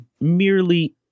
merely